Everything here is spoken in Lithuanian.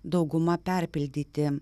dauguma perpildyti